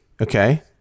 Okay